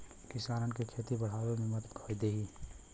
किसानन के खेती बड़ावे मे मदद देई